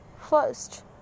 First